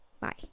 Bye